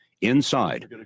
Inside